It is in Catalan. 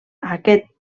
aquest